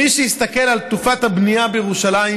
מי שיסתכל על תנופת הבנייה בירושלים,